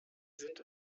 sind